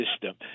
system